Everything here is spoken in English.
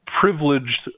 privileged